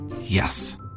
Yes